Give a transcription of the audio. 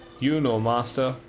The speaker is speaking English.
you know, master,